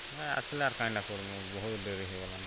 ନାଇଁ ଆସ୍ଲେ ଆର୍ କାଇଁଟା କର୍ମୁ ବହୁତ୍ ଡରି ହେଇଗଲାନ